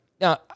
now